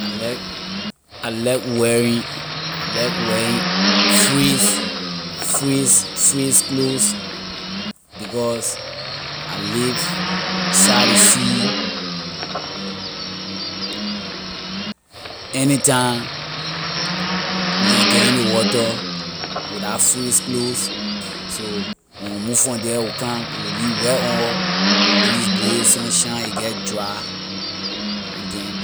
I like I like wearing I like wearing freez- freeze sleeve clothes because I live side ley sea anytime we can get in ley water with la freeze clothes so when we move from the we come a will leave right on us breeze blow it sun shine a get dry and then